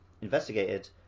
investigated